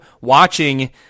watching